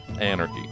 anarchy